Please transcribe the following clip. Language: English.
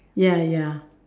ya ya